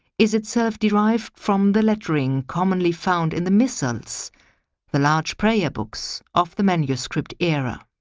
is itself derived from the lettering commonly found in the missile's the large prayer-books of the manuscript era.